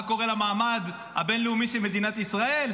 מה קורה למעמד הבין-לאומי של מדינת ישראל,